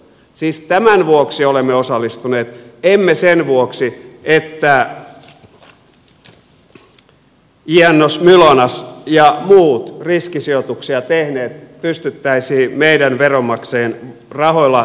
siis tämän vuoksi olemme osallistuneet emme sen vuoksi että yiannos mylonas ja muut riskisijoituksia tehneet pystyttäisiin meidän veronmaksajien rahoilla tai vastuilla pelastamaan